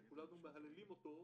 שכולנו מהללים אותו,